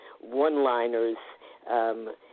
one-liners